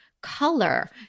color